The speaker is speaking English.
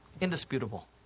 indisputable